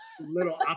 little